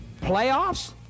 Playoffs